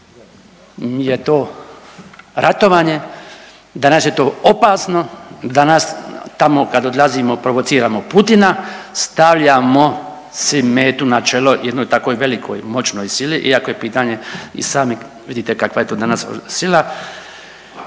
je to ratovanje, danas je to opasno, danas tamo kad odlazimo provociramo Putina stavljamo si metu na čelo jednoj tako velikoj moćnoj sili iako je pitanje i sami vidite kakva je to danas sila,